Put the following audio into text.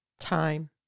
Time